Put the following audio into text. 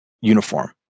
uniform